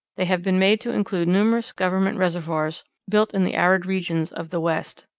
they have been made to include numerous government reservoirs built in the arid regions of the west.